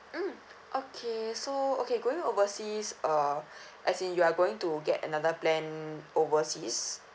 mm okay so okay going overseas uh as in you are going to get another plan overseas